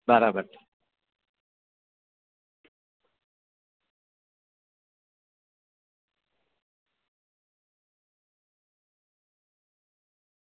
બરાબર છે